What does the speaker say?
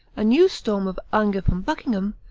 a new storm of anger from buckingham,